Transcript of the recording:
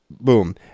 Boom